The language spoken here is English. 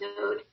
node